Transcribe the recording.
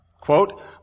Quote